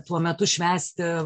tuo metu švęsti